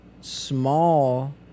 small